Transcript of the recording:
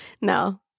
no